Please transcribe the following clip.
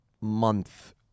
month